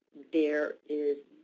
there is,